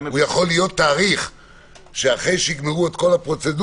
הוא יכול להיות תאריך שאחרי שיגמרו את כל הפרוצדורות